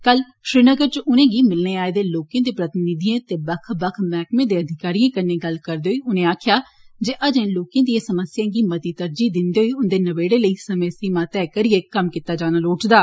कल श्रीनगर च उनेंगी मिलने आए दे लोकें दे प्रतिनिधिए ते बक्ख बक्ख मैह्कमें दे अधिकारिए कन्ने गल्ल करदे होई उनें आक्खेआ अजें लोकें दिए समस्याएं गी मती तरजीह दिंदे होई उन्दे नवेड़े लेई समें सीमा तैह करिए कम्म कीता जाना लोड़चदा